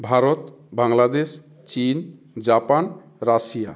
ভারত বাংলাদেশ চীন Japan Russia